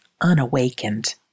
unawakened